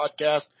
Podcast